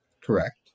Correct